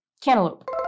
Cantaloupe